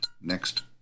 next